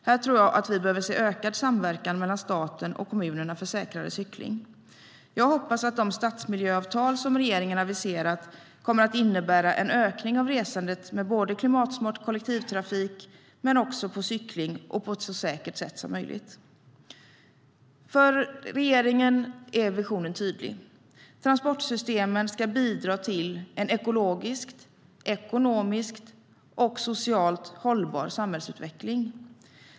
Här tror jag att vi behöver se ökad samverkan mellan staten och kommunerna för säkrare cykling. Jag hoppas att de stadsmiljöavtal som regeringen har aviserat kommer att innebära en ökning av resandet med klimatsmart kollektivtrafik men också cykling på ett så säkert sätt som möjligt. För regeringen är visionen tydlig. Transportsystemen ska bidra till en ekologiskt, ekonomiskt och socialt hållbar samhällsutveckling.